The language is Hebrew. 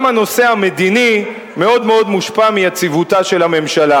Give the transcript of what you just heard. גם הנושא המדיני מאוד מאוד מושפע מיציבותה של הממשלה,